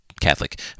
Catholic